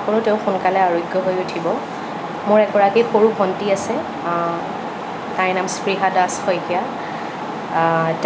আশা কৰো তেওঁ সোনকালে আৰোগ্য হৈ উঠিব মোৰ এগৰাকী সৰু ভন্টি আছে তাইৰ নাম স্পৃহা দাস শইকীয়া